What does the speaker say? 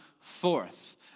forth